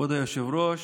כבוד היושב-ראש,